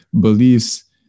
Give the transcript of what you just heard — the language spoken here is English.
beliefs